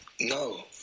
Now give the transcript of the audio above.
No